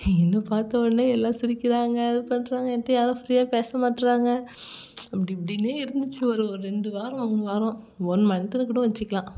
என்னை பார்த்த உடனே எல்லாம் சிரிக்கிறாங்க அது பண்ணுறாங்க என்கிட்ட யாரும் ஃப்ரீயாக பேச மாட்டேறாங்க அப்படி இப்படின்னே இருந்துச்சு ஒரு ரெண்டு வாரம் மூணு வாரம் ஒன் மந்த்துன்னு கூட வச்சிக்கலாம்